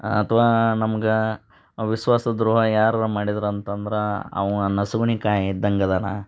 ಅಥವಾ ನಮ್ಗೆ ವಿಶ್ವಾಸ ದ್ರೋಹ ಯಾರಾರೂ ಮಾಡಿದ್ರು ಅಂತಂದ್ರೆ ಅವ ನಸ್ಗುನ್ನಿ ಕಾಯಿ ಇದ್ದಂಗೆ ಇದಾನೆ